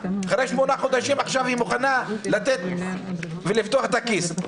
אחרי שמונה חודשים עכשיו היא מוכנה לתת ולפתוח את הכיס?